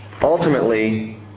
ultimately